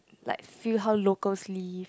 like see how locals live